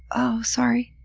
oh! sorry?